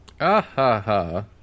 Ah-ha-ha